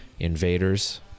Invaders